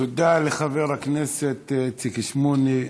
תודה לחבר הכנסת איציק שמולי.